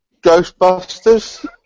Ghostbusters